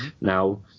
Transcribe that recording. Now